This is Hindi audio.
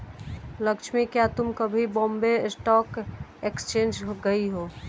लक्ष्मी, क्या तुम कभी बॉम्बे स्टॉक एक्सचेंज गई हो?